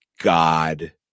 god